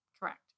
Correct